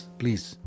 please